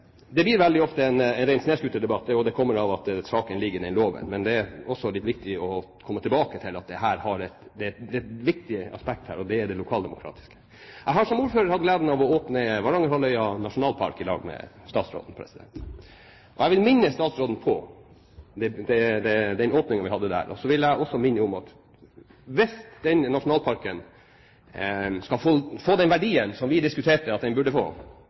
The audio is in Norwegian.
Det blir veldig ofte en ren snøscooterdebatt. Det kommer av at den saken ligger i loven, men det er også litt viktig å komme tilbake til at det er et viktig aspekt her, og det er det lokaldemokratiske. Jeg har som ordfører hatt gleden av å åpne Varangerhalvøya nasjonalpark i lag med statsråden. Jeg vil minne statsråden på den åpningen. Hvis den nasjonalparken skal få den verdien som vi diskuterte at den burde få, og hvis den skal bli så verdifull for Norge, for Finnmark, for Øst-Finnmark og for befolkningen rundt og i nasjonalparken, er det viktig at